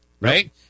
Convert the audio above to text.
Right